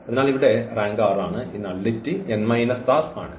അതിനാൽ ഇവിടെ rank r ആണ് ഈ നള്ളിറ്റി n r ആണ്